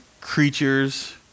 creatures